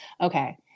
okay